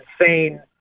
insane